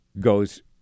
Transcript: goes